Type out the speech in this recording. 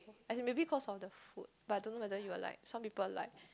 as in maybe cause of the food but I don't know whether you will like some people like